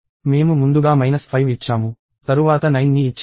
మేము ముందుగా మైనస్ 5 ఇచ్చాము తరువాత 9 ని ఇచ్చాము